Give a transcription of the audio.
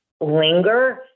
linger